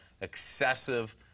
excessive